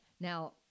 Now